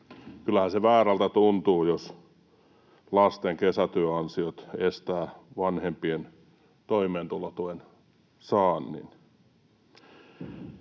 Kyllähän se väärältä tuntuu, jos lasten kesätyöansiot estävät vanhempien toimeentulotuen saannin.